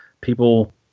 people